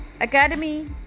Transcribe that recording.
Academy